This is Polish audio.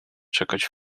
czekać